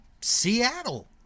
Seattle